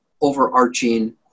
overarching